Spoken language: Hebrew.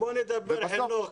בוא נדבר חינוך.